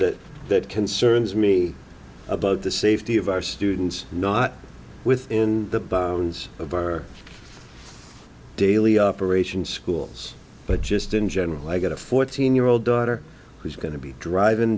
that concerns me about the safety of our students not within the bounds of our daily operation schools but just in general i got a fourteen year old daughter who's going to be driving